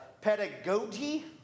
pedagogy